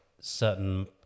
certain